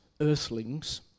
earthlings